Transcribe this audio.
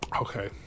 Okay